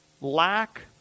lack